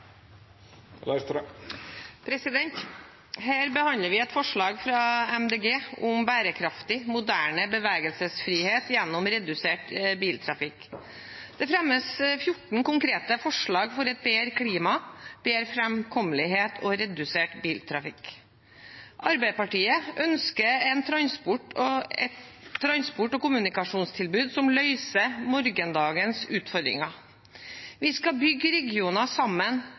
borte. Her behandler vi et forslag fra Miljøpartiet De Grønne om bærekraftig, moderne bevegelsesfrihet gjennom redusert biltrafikk. Det fremmes 14 konkrete forslag for et bedre klima, bedre framkommelighet og redusert biltrafikk. Arbeiderpartiet ønsker et transport- og kommunikasjonstilbud som løser morgendagens utfordringer. Vi skal bygge